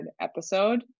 episode